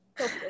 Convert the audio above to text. okay